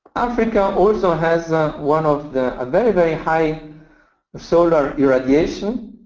africa also has ah one of the a very, very high solar irradiation.